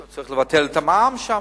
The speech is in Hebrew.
צריך לבטל את המע"מ שם,